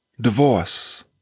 divorce